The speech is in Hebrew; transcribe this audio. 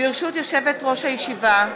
ברשות יושבת-ראש הישיבה,